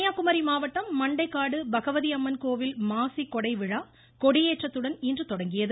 கன்னியாகுமரி மாவட்டம் மண்டைக்காடு பகவதி அம்மன் கோவில் மாசிக் கொடை விழா கொடியேற்றத்துடன் இன்று தொடங்கியது